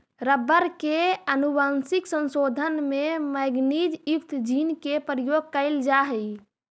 rubber के आनुवंशिक संशोधन में मैगनीज युक्त जीन के प्रयोग कैइल जा हई